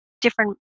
different